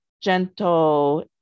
gentle